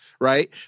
right